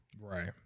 Right